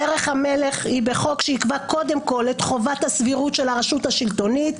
דרך המלך היא בחוק שיקבע קודם כול את חובת הסבירות של הרשות השלטונית,